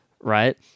right